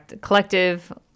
Collective